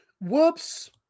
Whoops